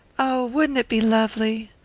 oh, wouldn't it be lovely?